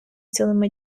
цілими